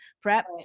prep